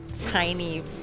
tiny